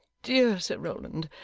dear sir rowland,